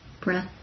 Breath